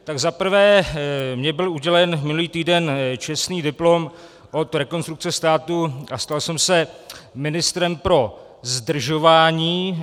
Tak za prvé mně byl udělen minulý týden čestný diplom od Rekonstrukce státu a stal jsem se ministrem pro zdržování.